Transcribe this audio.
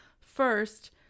First